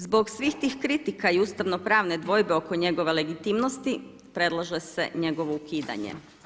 Zbog svih tih kritika i ustavno pravne dvojbe oko njegove legitimnosti, predlaže se njegovo ukidanje.